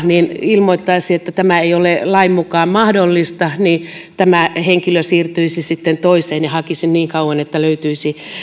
ilmoittaisi että tämä ei ole lain mukaan mahdollista niin tämä henkilö siirtyisi sitten toiseen ja hakisi niin kauan että löytyisi